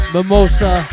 Mimosa